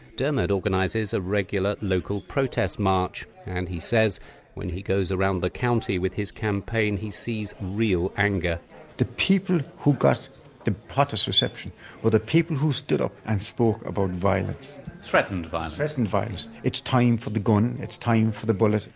diarmuid organizes a regular, local protest march. and he says when he goes around the county with his campaign he sees real anger the people who got the hottest reception were the people who stood up and spoke about violence threatened violence? threatened and violence. it's time for the gun. it's time for the bullet.